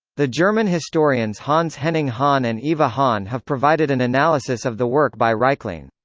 the german historians hans henning hahn and eva hahn have provided an analysis of the work by reichling.